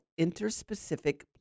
interspecific